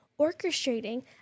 orchestrating